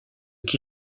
qui